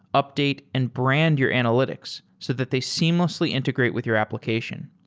update and brand your analytics so that they seamlessly integrate with your application.